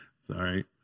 Sorry